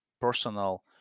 personal